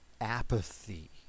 apathy